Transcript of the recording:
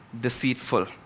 deceitful